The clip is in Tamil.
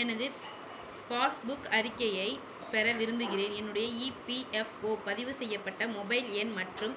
எனது பாஸ்புக் அறிக்கையைப் பெற விரும்புகிறேன் என்னுடைய இபிஎஃப்ஒ பதிவு செய்யப்பட்ட மொபைல் எண் மற்றும்